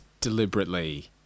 deliberately